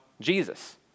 Jesus